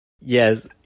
Yes